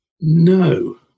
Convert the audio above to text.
No